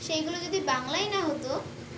সেইগুলো যদি বাংলাই না হতো